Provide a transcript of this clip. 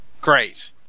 Great